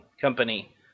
company